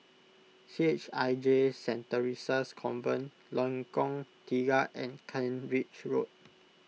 C H I J Saint theresa's Convent Lengkong Tiga and Kent Ridge Road